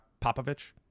Popovich